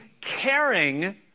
caring